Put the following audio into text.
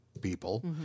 people